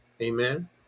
Amen